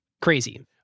Crazy